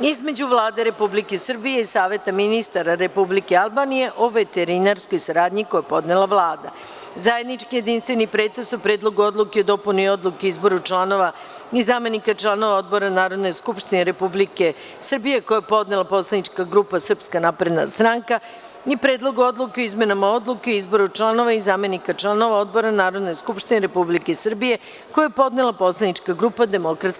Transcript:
između Vlade Republike Srbije i Saveta ministara Republike Albanije o veterinarskoj saradnji, koji je podnela Vlada; - zajednički jedinstveni pretres o: Predlogu odluke o dopuni Odluke o izboru članova i zamenika članova odbora Narodne skupštine Republike Srbije, koji je podnela poslanička grupa SNS i Predlogu odluke o izmenama Odluke o izboru članova i zamenika članova odbora Narodne skupštine Republike Srbije, koji je podnela poslanička grupa DS.